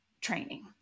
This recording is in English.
training